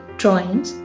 drawings